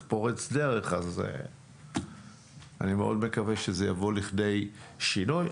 אז אני מאוד מקווה שזה יבוא לכדי שינוי.